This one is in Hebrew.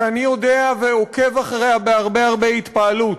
שאני יודע עליה ועוקב אחריה בהרבה הרבה התפעלות.